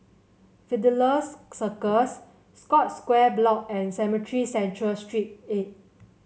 Fidelio's Circus Scotts Square Block and Cemetry Central Street eight